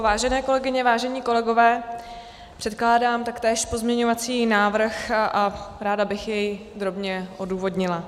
Vážené kolegyně, vážení kolegové, předkládám taktéž pozměňovací návrh a ráda bych jej drobně odůvodnila.